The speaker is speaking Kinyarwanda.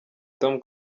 tom